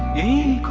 a